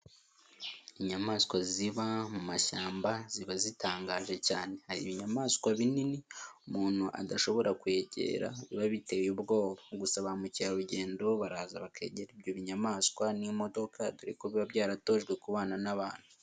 Inyamaswa ziba mu mashyamba ziba zitangaje cyane. Hari ibinyamaswa binini umuntu adashobora kwegera biba biteye ubwoba. Gusa ba mukerarugendo baraza bakegera ibyo binyamaswa n'imodoka, dore ko biba byaratojwe kubana n'abantu.